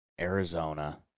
Arizona